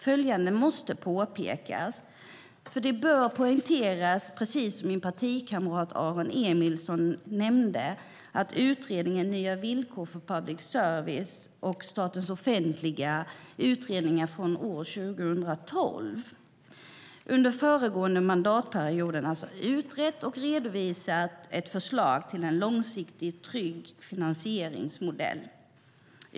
Följande måste påpekas: Det bör poängteras, precis som min partikamrat Aron Emilsson nämnde, att man i utredningen Nya villkor för public service, Statens offentliga utredningar, från år 2012 under föregående mandatperiod utrett och redovisat ett förslag till en långsiktigt trygg finansieringsmodell.